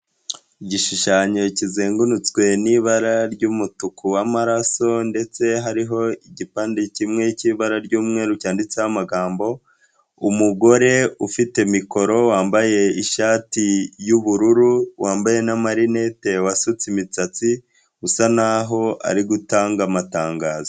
Igishushanyo kizengurutswe n'ibara ry'umutuku w'amararaso ndetse hariho igipande kimwe cy'ibara ry'umweru cyanditseho amagambo, umugore ufite mikoro wambaye ishati y'ubururu wambaye n'amarinet wasutse imisatsi, usa naho ari gutanga amatangazo.